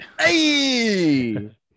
Hey